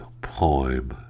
poem